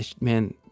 man